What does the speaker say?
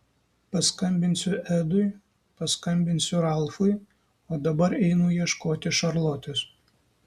paskambinsiu edui paskambinsiu ralfui o dabar einu ieškoti šarlotės